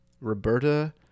Roberta